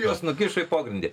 juos nukišo į pogrindį